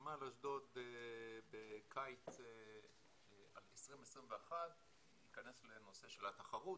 נמל אשדוד בקיץ 2021 ייכנס לנושא של התחרות